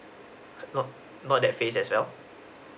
not not that phase as well